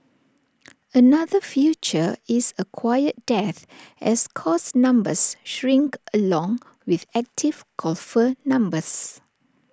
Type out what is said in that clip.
another future is A quiet death as course numbers shrink along with active golfer numbers